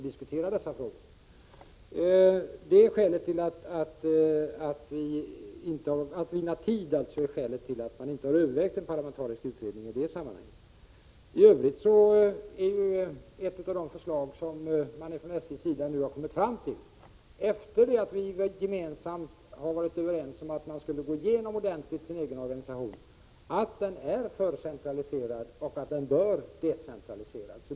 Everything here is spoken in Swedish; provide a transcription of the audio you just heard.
Önskan att vinna tid är alltså skälet till att en parlamentarisk utredning inte har övervägts i detta sammanhang. Ett förslag som SJ i övrigt har kommit fram till, efter det att vi gemensamt har kommit överens om att SJ ordentligt skall gå igenom sin egen organisation, är att organisationen bör decentraliseras, då den är för centraliserad.